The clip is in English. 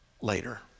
later